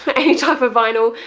any type of vinyl,